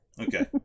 okay